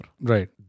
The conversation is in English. Right